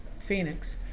Phoenix